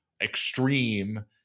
extreme